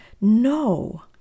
No